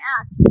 Act